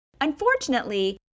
Unfortunately